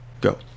Go